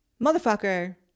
motherfucker